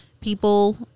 people